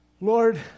Lord